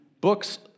books